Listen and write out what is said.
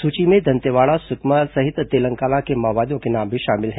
सूची में दंतेवाड़ा सुकमा सहित तेलंगाना के माओवादियों के नाम भी शामिल हैं